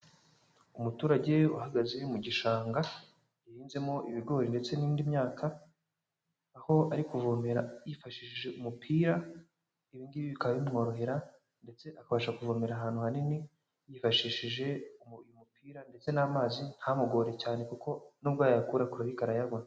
Umuturage uhagaze mu gishanga, gihinzemo ibigori ndetse n'indi myaka, aho ari kuvomera yifashishije umupira, ibi ngibi bikaba bimworohera ndetse akabasha kuvomerera ahantu hanini, yifashishije uyu mupira ndetse n'amazi ntamugore cyane kuko nubwo yayakura kure ariko arayabona.